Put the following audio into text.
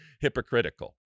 hypocritical